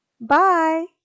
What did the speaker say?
Bye